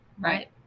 Right